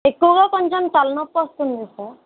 ఎక్కువగా కొంచెం తలనొప్పి వస్తుంది సార్